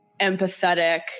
empathetic